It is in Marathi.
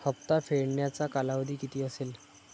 हप्ता फेडण्याचा कालावधी किती असेल?